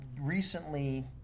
recently